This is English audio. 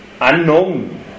unknown